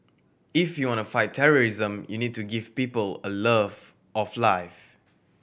if you want to fight terrorism you need to give people a love of life